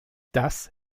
das